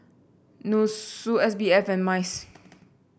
NUSSU S B F and MICE